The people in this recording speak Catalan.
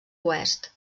oest